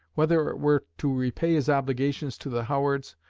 whether it were to repay his obligations to the howards,